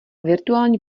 virtuální